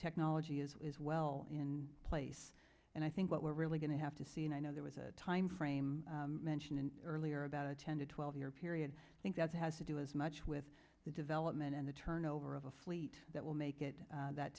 technology is well in place and i think what we're really going to have to see and i know there was a time frame mentioned in earlier about a ten to twelve year period i think that has to do as much with the development and the turnover of the fleet that will make it that